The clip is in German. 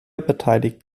beteiligt